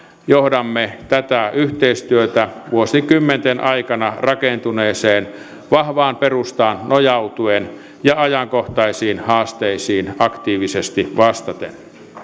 johdamme tätä yhteistyötä vuosikymmenten aikana rakentuneeseen vahvaan perustaan nojautuen ja ajankohtaisiin haasteisiin aktiivisesti vastaten